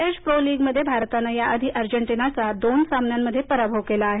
FIH pro लीगमध्ये भारतानं या आधी अर्जेटिनाचा दोन सामन्यांमध्ये पराभव केला आहे